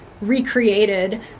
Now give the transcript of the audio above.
recreated